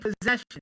possession